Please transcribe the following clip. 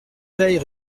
veille